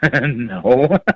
No